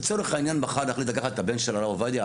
לצורך העניין מחר נחליט לקחת את הבן של הרב עובדיה,